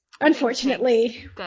Unfortunately